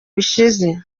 bishize